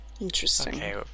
Interesting